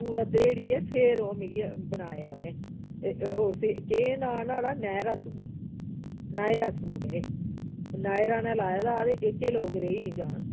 पूरा दरेड़ियै फिर ओह् मिगी बनाया में ते उसी केह् केह् नांऽ नुआढ़ा नायरा सूट नायरा सूट एह् नायरा ने लाए दा ते एह्के लोक रेही नी जान